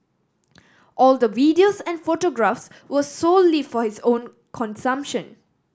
all the videos and photographs were solely for his own consumption